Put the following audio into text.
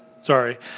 sorry